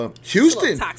Houston